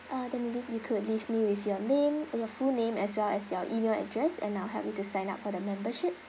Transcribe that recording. uh then maybe you could leave me with your name or your full name as well as your email address and I'll help you to sign up for the membership